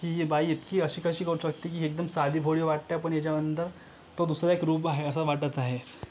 की ही बाई इतकी अशी कशी करू शकते की एकदम साधी भोळी वाटते पण याच्यानंतर तो दुसरा एक रूप आहे असं वाटत आहे